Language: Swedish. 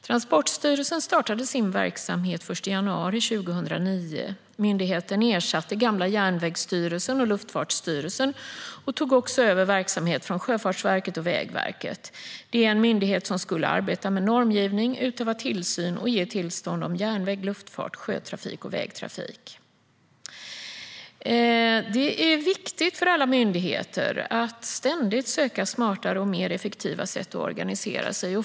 Transportsstyrelsen startade sin verksamhet den 1 januari 2009. Myndigheten ersatte gamla Järnvägsstyrelsen och Luftfartsstyrelsen och tog också över verksamhet från Sjöfartsverket och Vägverket. Det är en myndighet som skulle arbeta med normgivning, utöva tillsyn och ge tillstånd om järnväg, luftfart, sjötrafik och vägtrafik. Det är viktigt för alla myndigheter att ständigt söka smartare och mer effektiva sätt att organisera sig.